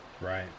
Right